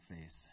face